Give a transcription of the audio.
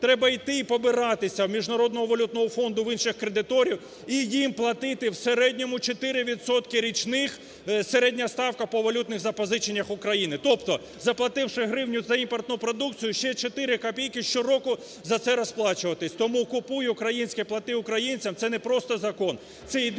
треба йти і побиратися у Міжнародного валютного фонду в інших кредиторів і їм платити в середньому 4 відсотки річних, середня ставка по валютних запозиченнях України. Тобто заплативши гривню за імпортну продукцію ще 4 копійки щороку за це розплачуватись. Тому "Купуй українське, плати українцям" – це не просто закон, це ідеологія